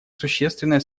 существенное